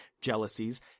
jealousies